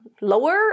lower